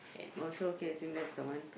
oh so okay I think that's the one